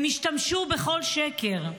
הם השתמשו בכל שקר.